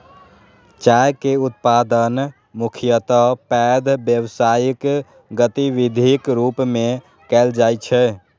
चाय के उत्पादन मुख्यतः पैघ व्यावसायिक गतिविधिक रूप मे कैल जाइ छै